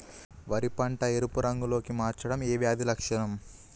వరి పంట ఎరుపు రంగు లో కి మారడం ఏ వ్యాధి లక్షణం?